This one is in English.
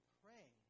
pray